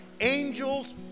angels